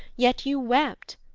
yet you wept.